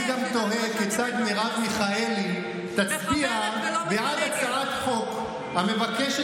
אני גם תוהה כיצד מרב מיכאלי תצביע בעד הצעת חוק המבקשת